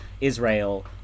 Israel